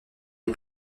les